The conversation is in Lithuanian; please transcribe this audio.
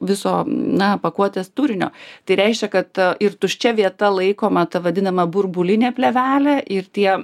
viso na pakuotės turinio tai reiškia kad ir tuščia vieta laikoma tą vadinamą burbulinę plėvelę ir tie